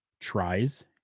tries